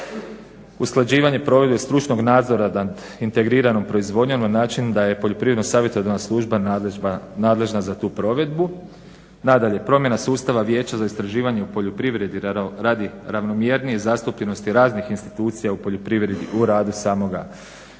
usklađivanja provedbi stručnog nadzora nad integriranom proizvodnjom na način da je poljoprivredno savjetodavna služba nadležna za tu provedbu, nadalje promjena sustava vijeća za istraživanja u poljoprivredi radi ravnomjernije zastupljenosti raznih institucija u poljoprivredi u radu samoga